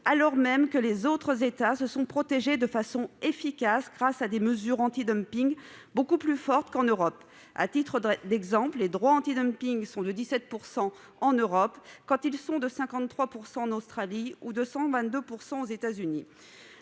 alors même que les autres États se sont protégés de façon efficace, grâce à des mesures antidumping beaucoup plus fortes qu'en Europe. À titre d'exemple, les droits antidumping sont de 17 % en Europe, contre 53 % en Australie et 122 % aux États-Unis.